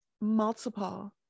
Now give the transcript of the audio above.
Multiple